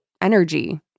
energy